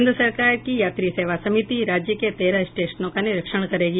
केन्द्र सरकार की यात्री सेवा समिति राज्य के तेरह स्टेशनों का निरीक्षण करेगी